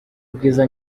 ubwiza